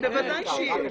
בוודאי שיהיה.